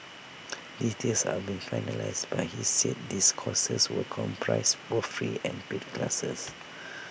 details are being finalised but he said these courses would comprise both free and paid classes